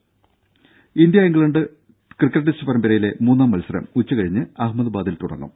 ത India England cricket test പരമ്പരയിലെ മൂന്നാം മത്സരം ഉച്ചകഴിഞ്ഞ് അഹമ്മദബാദിൽ തുടങ്ങും